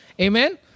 Amen